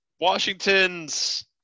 Washington's